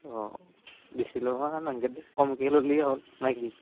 অঁ বেছি ল'ব নালগে দে কমকৈ ল'লিয়ে হ'ল না কি